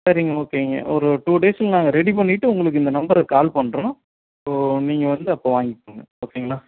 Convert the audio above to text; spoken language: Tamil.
சரிங்க ஓகேங்க ஒரு டூ டேஸ்சில் நாங்கள் ரெடி பண்ணிவிட்டு உங்களுக்கு இந்த நம்பருக்கு கால் பண்ணுறோம் ஸோ நீங்கள் வந்து அப்போது வாங்கிக்கோங்க ஓகேங்களா